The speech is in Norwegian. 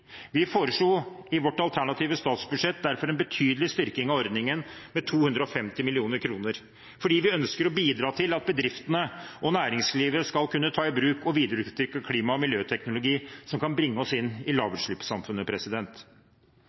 statsbudsjett foreslo vi derfor en betydelig styrking av ordningen, med 250 mill. kr, fordi vi ønsker å bidra til at bedriftene og næringslivet skal kunne ta i bruk og videreutvikle klima- og miljøteknologi som kan bringe oss inn i lavutslippssamfunnet.